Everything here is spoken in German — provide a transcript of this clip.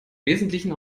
wesentlichen